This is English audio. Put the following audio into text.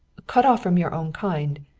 cut off from your own kind.